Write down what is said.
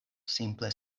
simple